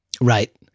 Right